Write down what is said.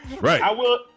Right